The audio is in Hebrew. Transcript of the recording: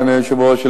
אדוני היושב-ראש,